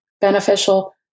beneficial